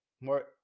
more